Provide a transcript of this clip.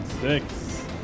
six